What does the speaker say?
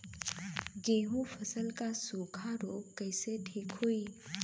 गेहूँक फसल क सूखा ऱोग कईसे ठीक होई?